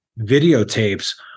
videotapes